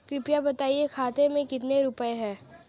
कृपया बताएं खाते में कितने रुपए हैं?